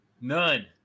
None